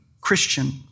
Christian